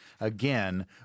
again